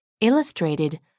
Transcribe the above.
Illustrated